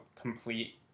complete